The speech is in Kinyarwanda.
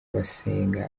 basenga